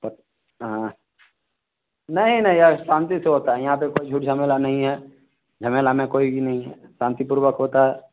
हाँ नहीं नहीं शांति से होता है यहाँ पे कोई झूर झमेला नहीं है झमेला में कोई ये नहीं है शांतिपूर्वक होता है